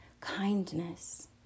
kindness